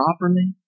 properly